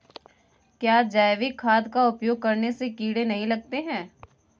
क्या जैविक खाद का उपयोग करने से कीड़े नहीं लगते हैं?